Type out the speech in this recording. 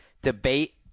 debate